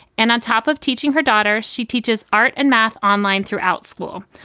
and on top of teaching her daughter, she teaches art and math online throughout school.